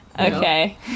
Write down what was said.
Okay